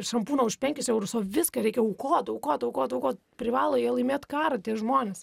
šampūną už penkis eurus o viską reikia aukot aukot aukot aukot privalo jie laimėt karą tie žmonės